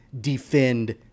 defend